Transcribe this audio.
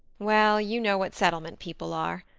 well, you know what settlement people are.